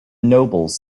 nobles